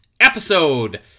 episode